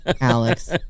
Alex